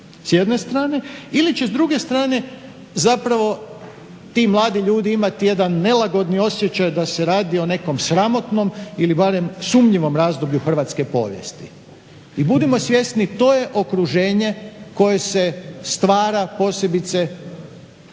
s jedne strane ili će s druge strane zapravo ti mladi ljudi imati jedan nelagodan osjećaj da se radi o nekom sramotnom ili barem sumnjivom razdoblju hrvatske povijesti. I budimo svjesni, to je okruženje koje se stvara posebice